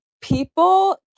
People